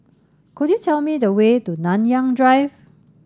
could you tell me the way to Nanyang Drive